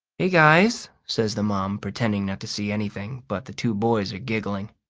hey, guys, says the mom, pretending not to see anything, but the two boys are giggling.